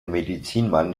medizinmann